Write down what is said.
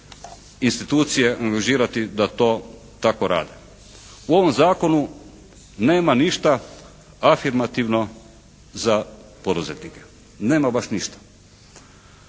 institucije angažirati da to tako rade. U ovom zakonu nema ništa afirmativno za poduzetnike. Nema baš ništa.